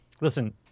Listen